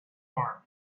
armies